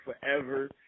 forever